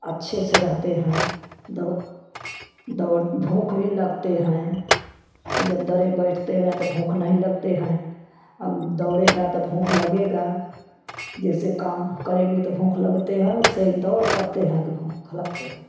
अच्छे से रहते हैं दौड़ भूख भी लगते हैं जब बैठते हैं तो भूख नहीं लगते हैं दौड़ेगा तो भूख लगेगा जैसे काम करेंगे तो भूख लगते हैं वैसे ही दौड़ करते हैं तो भूख लगते हैं